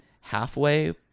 halfway